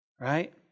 right